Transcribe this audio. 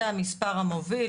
זה המספר המוביל,